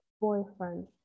boyfriend